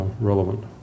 relevant